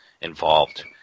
involved